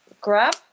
grab